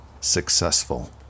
successful